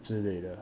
之类的